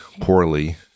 poorly